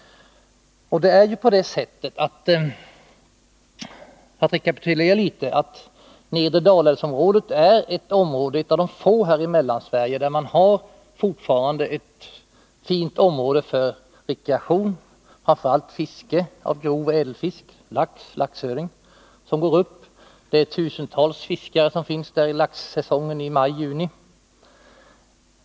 Nedre Dalälvsområdet är - för att rekapitulera litet — ett av de få fina 135 områdena här i Mellansverige för rekreation, framför allt fiske av flodoch älvfisk som lax och laxöring. Där finns tusentals fiskare under laxsäsongen i maj-juni.